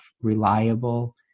reliable